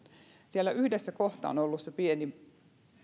siellä yhdessä kohdassa on ollut se pieni